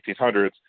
1800s